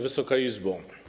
Wysoka Izbo!